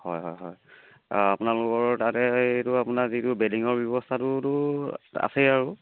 হয় হয় হয় আপোনালোকৰ তাতে এইটো আপোনাৰ যিটো বেডিঙৰ ব্যৱস্থাটোতো আছেই আৰু